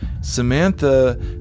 Samantha